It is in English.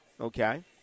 Okay